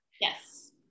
yes